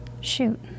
shoot